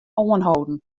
oanholden